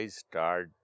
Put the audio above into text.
start